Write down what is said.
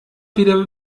wieder